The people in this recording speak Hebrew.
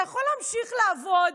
אתה יכול להמשיך לעבוד